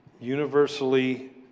universally